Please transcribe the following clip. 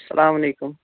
سلامُ علیکُم